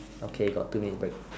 okay got two minute break